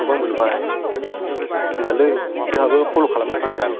न' बांबो लुबाय देनजारलै जोंहाबो फल' खालामनांसिगोन दां